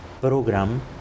program